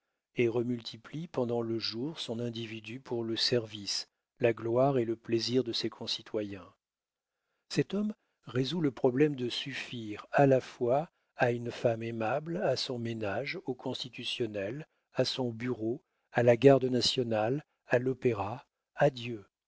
et remultiplie pendant le jour son individu pour le service la gloire et le plaisir de ses concitoyens cet homme résout le problème de suffire à la fois à une femme aimable à son ménage au constitutionnel à son bureau à la garde nationale à l'opéra à dieu